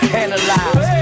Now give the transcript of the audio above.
analyze